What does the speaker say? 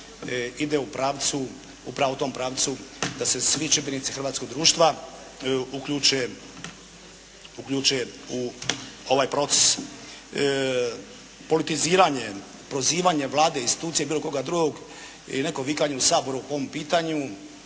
ide u pravcu, upravo u tom pravcu da se svi čimbenici hrvatskog društva uključe, uključe u ovaj proces. Politiziranje, prozivanje Vlade, institucije i bilo koga drugog i neko vikanje u Saboru o ovom pitanju